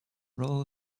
role